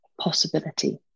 possibility